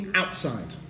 outside